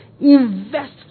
Invest